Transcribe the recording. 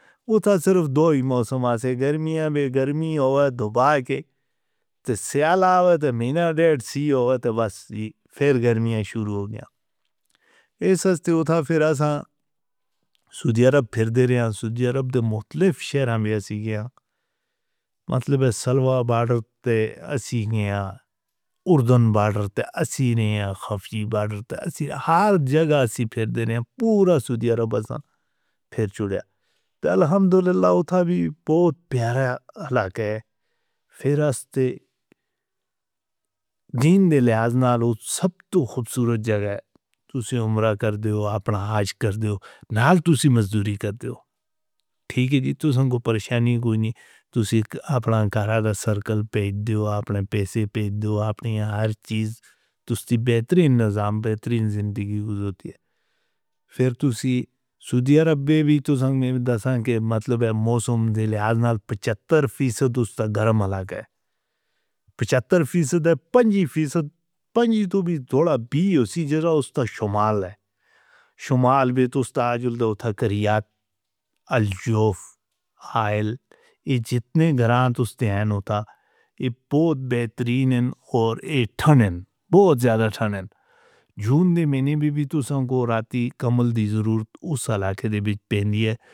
وہ تا صرف دو ہی موسم آتے ہیں: گرمی تے گرمی۔ تے دباہ دے تیس سال آتے ہیں تاں مینے ڈیڑھ سی آتے ہیں، تے بس پھر گرمیوں شروع ہو گیا ہے۔ اس ہستے اوں پھر ہم سعودی عرب پھردے رہے ہیں۔ سعودی عرب دے مختلف شہر ہم گئے ہیں: مطلب ہے سلوا بارڈر توں ہم گئے ہیں، اردن بارڈر توں ہم گئے ہیں، خفی بارڈر توں ہم گئے ہیں۔ ہر جگہ ہم پھردے ہیں، پورا سعودی عرب ہم پھرد چڑھے ہیں، تے الحمدللہ اوں وی بہت پیارا علاقہ ہے۔ پھر ہم دین دے لحاظ توں سب توں خوبصورت جگہ ہے۔ تاں آپ عمرہ کرتے ہو، اپنا حج کرتے ہو، نال تمہیں مزدوری کرتے ہو، ٹھیک ہے جی، تمہیں کوئی پریشانی کوئی نہیں۔ تمہیں اپنا گھر دا سرکل پیج دو، اپنے پیسے پیج دو، اپنی ہر چیز تمہاری بہترین نظام تے بہترین زندگی گزرتی ہے۔ پھر تمہیں سعودی عرب وچ مینوں دساں کہ موسم دے لحاظ توں پچھتر فیصد اینہہ دا گرم علاقہ ہے—پچھتر فیصد ہے، پنجی فیصد پنجی، تے اوہ وی تھوڑا جیہا، اسی جگہ اینہہ دا شمال ہے۔ شمال وی تاں اینہہ دا عجلدہ، اوہاں کریات، الجوف، حائل، ایہہ جتنے گرانٹ اینہہ دے ہیں، ایہہ بہت بہترین ہیں تے بہت زیادہ تھنڈ ہیں۔ جون دے مینے وی تمہیں راتھی کمبل دی ضرورت اس علاقے دے بچے پین دی ہے۔